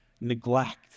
neglect